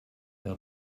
wäre